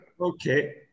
Okay